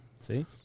See